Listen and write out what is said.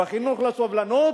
בחינוך לסבלנות,